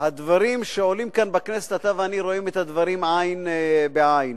הדברים שעולים כאן בכנסת אתה ואני רואים עין בעין,